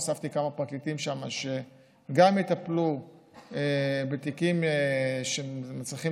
הוספתי כמה פרקליטים שם שגם יטפלו בתיקים שמצריכים